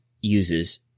uses